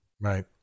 Right